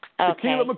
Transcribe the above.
Okay